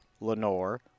Lenore